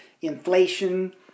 inflation